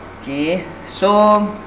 okay so